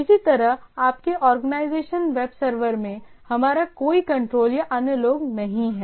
इसी तरह आपके ऑर्गेनाइजेशन वेब सर्वर में हमारा कोई कंट्रोल या अन्य लोग नहीं हैं